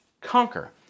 conquer